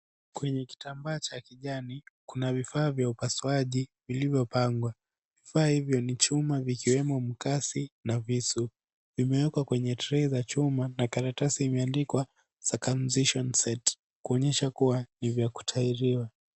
Kwenye kitambaa cha kijani kuna vifaa vya upasuaji vilivyopangwa. Vifaa hivyo ni chuma vikiwemo makasi na visu. Vimewekwa kwenye trei ya chuma na karatasi imeandikwa circumcision set kuonyesha kuwa ni vya kutahiriwa.